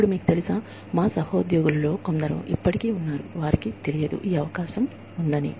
ఇప్పుడు మీకు తెలుసా మా సహోద్యోగులలో కొందరు ఇప్పటికీ ఉన్నారు వారికి తెలియదు ఈ అవకాశం ఉందని